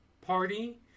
Party